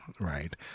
right